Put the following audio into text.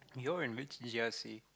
you're in which g_r_c